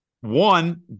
one